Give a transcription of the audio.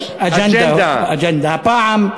הפעם,